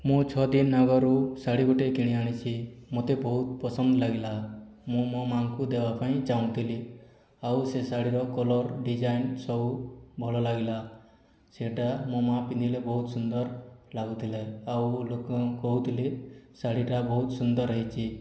ମୁଁ ଛଅ ଦିନ ଆଗରୁ ଶାଢ଼ୀ ଗୋଟେ କିଣି ଆଣିଛି ମୋତେ ବହୁତ ପସନ୍ଦ ଲାଗିଲା ମୁଁ ମୋ' ମା'ଙ୍କୁ ଦେବା ପାଇଁ ଚାହୁଁଥିଲି ଆଉ ସେ ଶାଢ଼ୀର କଲର୍ ଡିଜାଇନ୍ ସବୁ ଭଲ ଲାଗିଲା ସେଇଟା ମୋ' ମା' ପିନ୍ଧିଲେ ବହୁତ ସୁନ୍ଦର ଲାଗୁଥିଲେ ଆଉ ଲୋକ କହୁଥିଲେ ଶାଢ଼ୀଟା ବହୁତ ସୁନ୍ଦର ହୋଇଛି